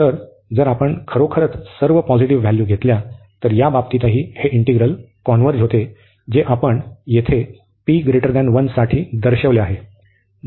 तर जर आपण खरोखरच सर्व पॉझिटिव्ह व्हॅल्यू घेतली तर त्या बाबतीतही हे इंटिग्रल कॉन्व्हर्ज होते जे आपण येथे p 1 साठी दर्शविले आहे